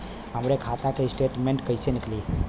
हमरे खाता के स्टेटमेंट कइसे निकली?